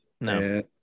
no